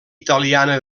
italiana